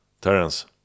Terence